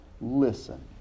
listen